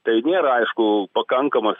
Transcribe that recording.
tai nėra aišku pakankamas